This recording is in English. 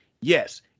Yes